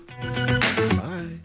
Bye